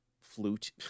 flute